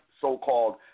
so-called